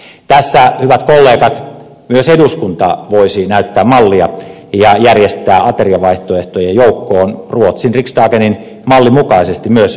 tässä hyvät kollegat myös eduskunta voisi näyttää mallia ja järjestää ateriavaihtoehtojen joukkoon ruotsin riksdagenin mallin mukaisesti myös lähiruokavaihtoehtoja